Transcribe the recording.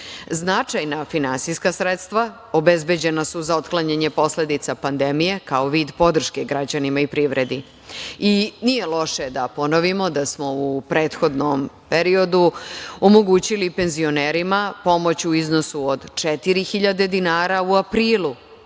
Značajna finansijska sredstva obezbeđena su za otklanjanje posledica pandemije, kao vid podrške građanima i privredi. Nije loše da ponovimo da smo u prethodnom periodu omogućili penzionerima pomoć u iznosu od 4.000 dinara u aprilu